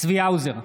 צבי האוזר,